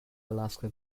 alaska